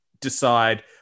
decide